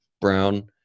Brown